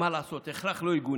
מה לעשות, הכרח לא יגונה,